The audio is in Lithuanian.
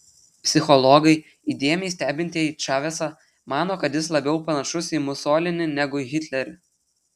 psichologai įdėmiai stebintieji čavesą mano kad jis labiau panašus į musolinį negu į hitlerį